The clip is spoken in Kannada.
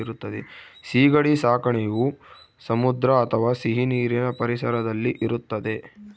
ಸೀಗಡಿ ಸಾಕಣೆಯು ಸಮುದ್ರ ಅಥವಾ ಸಿಹಿನೀರಿನ ಪರಿಸರದಲ್ಲಿ ಇರುತ್ತದೆ